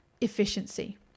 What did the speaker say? efficiency